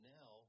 now